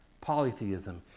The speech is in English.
polytheism